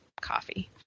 coffee